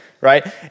right